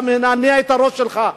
אתה מנענע את הראש שלך,